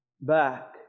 back